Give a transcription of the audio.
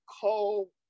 call